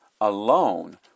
alone